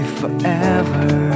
forever